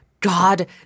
God